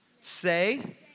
say